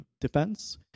defense